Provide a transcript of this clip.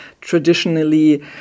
traditionally